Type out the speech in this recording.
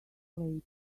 lately